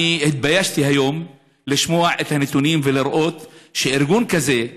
התביישתי היום לשמוע את הנתונים ולראות שארגון כזה,